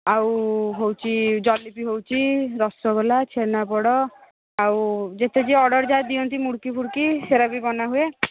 ଆଉ ହେଉଛି ଜଲେବି ହେଉଛି ରସଗୋଲା ଛେନାପୋଡ଼ ଆଉ ଯେତେ ଯିଏ ଅର୍ଡର୍ ଯାଏ ଦିଅନ୍ତି ମୁଡ଼୍କି ଫୁଡ଼କି ସେଗୁଡ଼ା ବି ବନା ହୁଏ